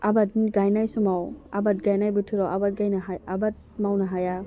आबादनि गायनाय समाव आबाद गायनाय बोथोराव आबाद गायनो आबाद मावनो हाया